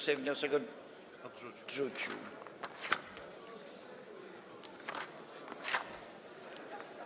Sejm wniosek odrzucił,